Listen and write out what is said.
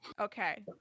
Okay